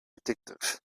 addictive